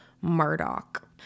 Murdoch